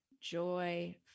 joy